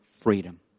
freedom